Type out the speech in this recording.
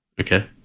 Okay